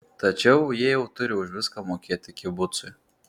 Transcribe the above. tačiau jie jau turi už viską mokėti kibucui